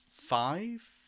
five